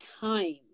time